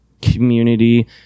community